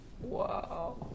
Wow